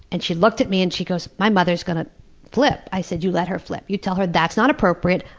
and she looked at me, and she goes, my mother is going to flip. i said, you let her flip. you tell her, that's not appropriate,